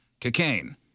cocaine